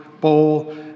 bowl